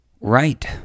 right